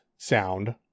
sound